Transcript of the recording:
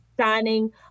Signing